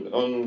on